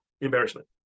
embarrassment